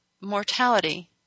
mortality